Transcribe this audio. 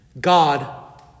God